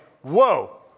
whoa